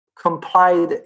complied